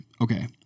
Okay